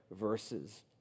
verses